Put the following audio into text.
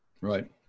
Right